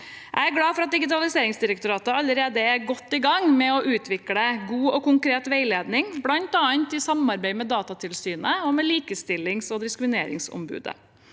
Jeg er glad for at Digitaliseringsdirektoratet allerede er godt i gang med å utvikle god og konkret veiledning, bl.a. i samarbeid med Datatilsynet og Likestillings- og diskrimineringsombudet.